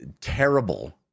terrible